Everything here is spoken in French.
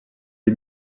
des